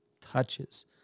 touches